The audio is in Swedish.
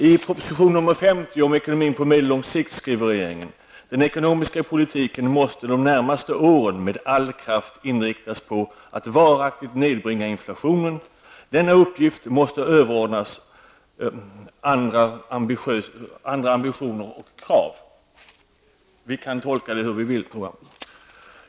I proposition 50 om ekonomin på medellång sikt skriver regeringen att den ekonomiska politiken de närmaste åren med all kraft måste inriktas på att varaktigt nedbringa inflationen och att denna uppgift måste överordnas andra ambitioner och krav. Jag tror att vi kan tolka detta hur vi vill.